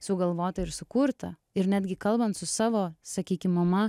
sugalvota ir sukurta ir netgi kalbant su savo sakykim mama